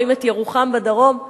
רואים את ירוחם בדרום.